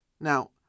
Now